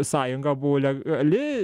sąjunga buvo legali